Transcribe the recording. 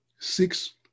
six